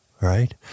Right